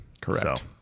Correct